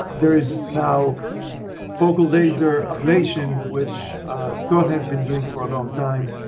there is now focal laser ablation which scott has been doing for a long time.